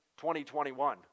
2021